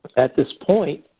at this point,